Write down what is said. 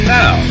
now